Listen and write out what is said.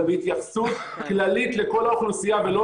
אבל בהתייחסות כללית לכול האוכלוסיה ולא